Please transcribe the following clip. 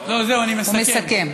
הוא מסכם.